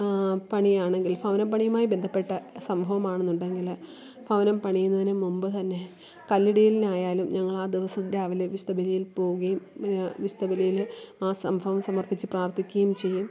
പണിയാണെങ്കില് ഭവനം പണിയുമായി ബന്ധപ്പെട്ട സംഭവമാണെന്നുണ്ടെങ്കിൽ ഭവനം പണിയുന്നതിനു മുൻപു തന്നെ കല്ലിടീലിനായാലും ഞങ്ങളാദിവസം രാവിലെ വിശുദ്ധ ബലിയില് പോകുകയും വിശുദ്ധ ബലിയിൽ ആ സംഭവം സമര്പ്പിച്ച് പ്രാര്ത്ഥിക്കുകയും ചെയ്യും